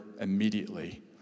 immediately